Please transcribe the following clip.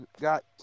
got